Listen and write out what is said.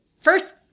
First